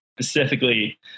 specifically